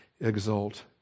exult